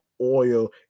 oil